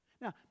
Now